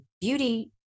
beauty